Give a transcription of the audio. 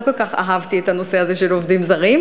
לא כל כך אהבתי את הנושא הזה של עובדים זרים,